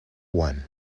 one